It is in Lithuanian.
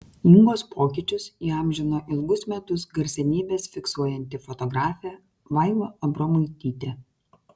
ingos pokyčius įamžino ilgus metus garsenybes fiksuojanti fotografė vaiva abromaitytė